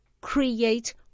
create